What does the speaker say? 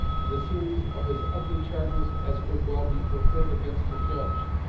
and a series of as ugly charges as could well be preferred against a judge,